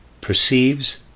perceives